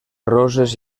roses